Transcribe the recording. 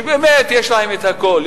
שבאמת יש להן הכול,